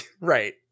right